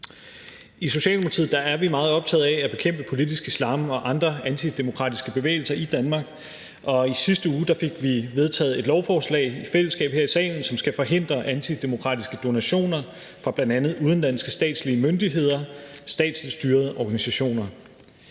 I Socialdemokratiet er vi meget optaget af at bekæmpe politisk islam og andre antidemokratiske bevægelser i Danmark, og i sidste uge fik vi vedtaget et lovforslag i fællesskab her i salen, som skal forhindre antidemokratiske donationer fra bl.a. udenlandske statslige myndigheder og statsligt styrede organisationer.